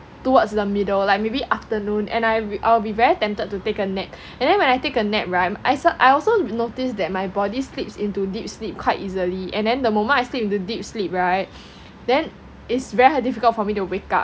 towards the middle like maybe afternoon and I will I will be very tempted to take a nap and then when I take a nap [right] I also noticed that my body slips into deep sleep quite easily and then the moment I slip into deep sleep [right] then it's very difficult for me to wake up